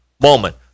moment